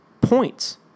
points